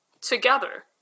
together